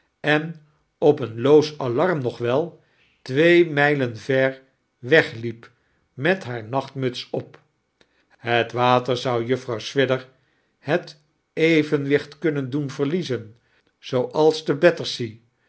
en op een loos alarm nog wel twee mijlen ver wegliep met haar nachtmute op het water zou juffrouw swidger het evenwicht kunnen doen verliezen zooals te battersea